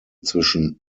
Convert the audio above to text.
zwischen